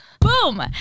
Boom